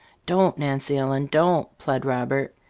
don't, nancy ellen, don't! plead robert.